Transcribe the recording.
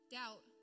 doubt